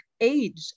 age